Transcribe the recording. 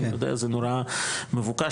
זה נורא מבוקש,